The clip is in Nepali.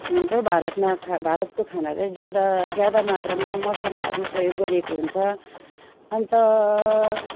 हुन्छौँ भारतमा भारतको खाना चाहिँ ज्यादा ज्यादा मात्रामा मसालाहरू प्रयोग गरिएको हुन्छ अन्त